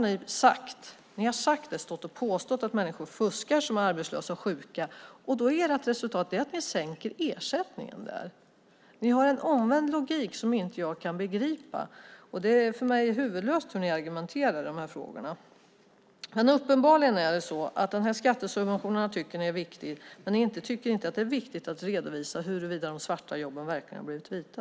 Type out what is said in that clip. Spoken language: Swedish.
Ni har stått och påstått att människor som är arbetslösa och sjuka fuskar, och då är resultatet att ni sänker ersättningen. Ni har en omvänd logik som inte jag kan begripa. För mig är ert sätt att argumentera i de här frågorna huvudlöst. Uppenbarligen tycker ni att den här skattesubventionen är viktig, men ni tycker inte att det är viktigt att redovisa huruvida de svarta jobben verkligen har blivit vita.